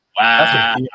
Wow